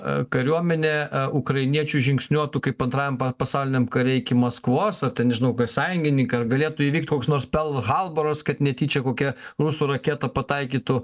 kariuomenė ukrainiečių žingsniuotų kaip antrajam pasauliniam kare iki maskvos ar ten nežinau kas sąjungininkai ar galėtų įvykti koks nors perl harboras kad netyčia kokia rusų raketa pataikytų